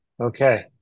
okay